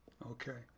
Okay